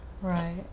Right